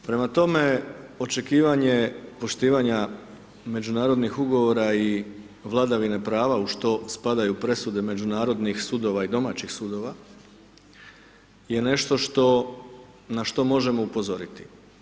Prema tome, očekivanje poštivanja međunarodnih ugovora i vladavine u što spadaju presude međunarodnih sudova i domaćih sudova je nešto što, na što možemo upozoriti.